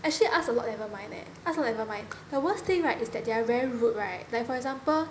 actually ask a lot never mind leh ask a lot never mind the worst thing right is that they are very rude right like for example